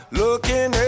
looking